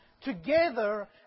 together